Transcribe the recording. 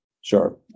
sure